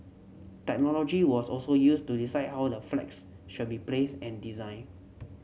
technology was also used to decide how the flats should be placed and designed